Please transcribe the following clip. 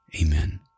Amen